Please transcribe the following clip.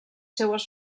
seues